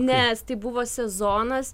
nes tai buvo sezonas